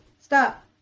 Stop